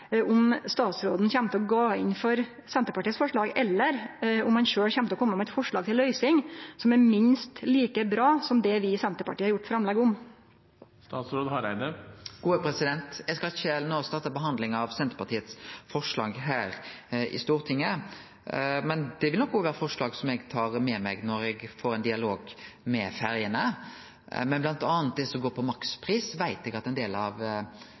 gå inn for Senterpartiets forslag, eller om han sjølv kjem til å kome med eit forslag til løysing som er minst like bra som det vi i Senterpartiet har gjort framlegg om. Eg skal ikkje no starte behandlinga av Senterpartiets forslag her i Stortinget, men det vil nok òg vere forslag som eg tar med meg når eg får ein dialog med ferjene. Men bl.a. det som går på makspris, veit eg at ein del av